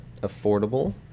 affordable